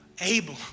able